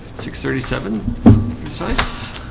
six thirty seven sighs